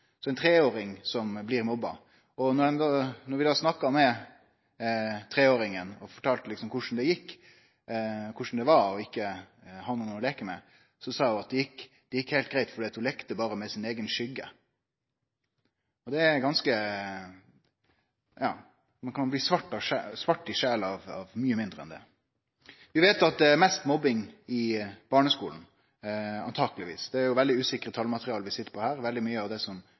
ein treåring som blir mobba. Da vi snakka med treåringen og spurde korleis det gjekk, korleis det var å ikkje ha nokon å leike med, sa ho at det gjekk heilt greitt fordi ho leika berre med sin eigen skugge. – Ein kan bli svart i sjela av mykje mindre enn det. Vi veit at det antakeleg er mest mobbing i barneskolen, men det er veldig usikkert talmateriale vi sit på her. Veldig mykje av det som